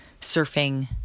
surfing